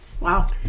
Wow